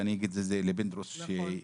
ואני אגיד את זה לפינדרוס שיגיע,